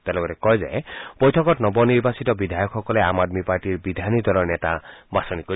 তেওঁ লগতে কয় যে বৈঠকত নৱ নিৰ্বাচিত বিধায়কসকলে আম আদমী পাৰ্টীৰ বিধায়িনী দলৰ নেতা বাছনি কৰিব